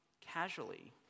casually